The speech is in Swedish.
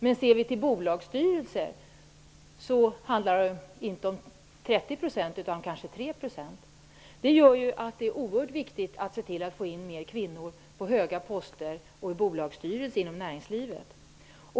Men om vi ser på bolagsstyrelser handlar det inte om 30 % utan kanske om 3 %. Det gör att det är oerhört viktigt att få in fler kvinnor på höga poster och i bolagsstyrelser i näringslivet.